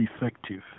effective